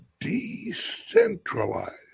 decentralized